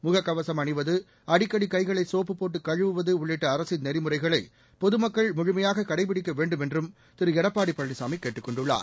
முகக்கவசம் அணிவது அடிக்கடி கைகளை சோப்பு போட்டு கழுவுவது உள்ளிட்ட அரசின் நெறிமுறைகளை பொதுமக்கள் முழுமையாக கபிடிக்க வேண்டுமென்றும் திரு எடப்பாடி பழனிசாமி கேட்டுக் கொண்டுள்ளார்